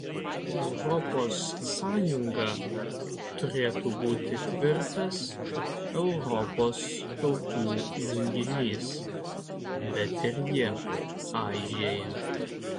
europos sąjunga turėtų būti tvirtas europos tautų junginys bet ir ji aižėja